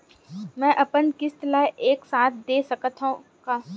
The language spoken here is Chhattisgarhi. मै अपन किस्त ल एक साथ दे सकत हु का?